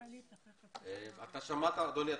אדוני,